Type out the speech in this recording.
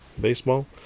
baseball